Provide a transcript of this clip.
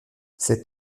cette